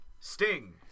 Sting